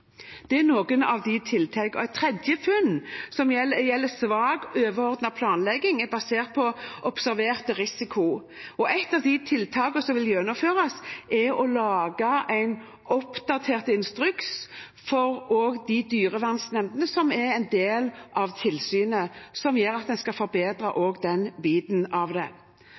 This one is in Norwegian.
Det er noen av tiltakene. Et tredje funn gjelder svak overordnet planlegging, basert på observert risiko. Et av tiltakene som vil gjennomføres, er å lage en oppdatert instruks også for de dyrevernsnemndene som er en del av tilsynet, noe som gjør at en også får forbedret den biten av det.